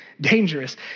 dangerous